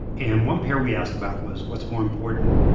and one pair we asked about was what's more important,